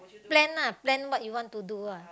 plan lah plan what you want to do ah